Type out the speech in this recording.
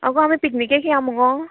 आगो आमी पिकनिकेक या मुगो